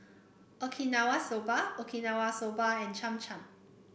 Okinawa Soba Okinawa Soba and Cham Cham